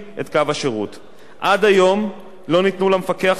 עד היום לא ניתנו למפקח סמכויות לטיפול במצב זה,